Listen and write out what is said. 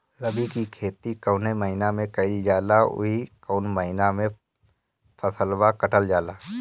रबी की खेती कौने महिने में कइल जाला अउर कौन् महीना में फसलवा कटल जाला?